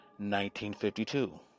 1952